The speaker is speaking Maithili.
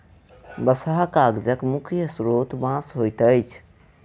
बँसहा कागजक मुख्य स्रोत बाँस होइत अछि